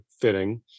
fitting